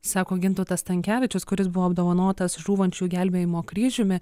sako gintautas stankevičius kuris buvo apdovanotas žūvančių gelbėjimo kryžiumi